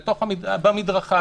במדרכה,